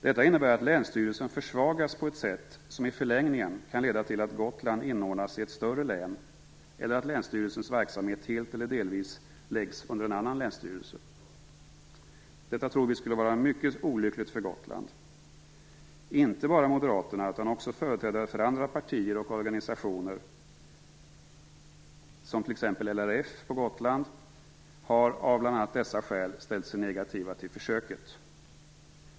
Detta innebär att länsstyrelsen försvagas på ett sätt som i förlängningen kan leda till att Gotland inordnas i ett större län eller att länsstyrelsens verksamhet helt eller delvis läggs under en annan länsstyrelse. Detta tror vi skulle vara mycket olyckligt för Gotland. Inte bara Moderaterna utan också företrädare för andra partier och organisationer, som t.ex. LRF på Gotland, har av bl.a. dessa skäl ställt sig negativa till försöket.